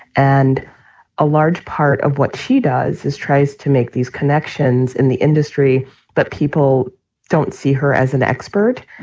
and a large part of what she does is tries to make these connections in the industry that people don't see her as an expert.